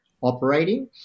operating